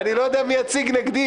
ואני לא יודע מי יציג נגדי,